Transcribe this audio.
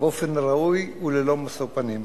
באופן ראוי וללא משוא פנים.